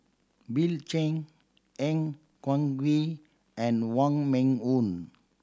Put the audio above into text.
Bill Chen Han Guangwei and Wong Meng Voon